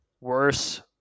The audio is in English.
worse